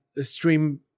stream